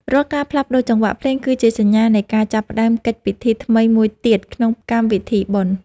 រាល់ការផ្លាស់ប្តូរចង្វាក់ភ្លេង គឺជាសញ្ញានៃការចាប់ផ្ដើមកិច្ចពិធីថ្មីមួយទៀតក្នុងកម្មវិធីបុណ្យ។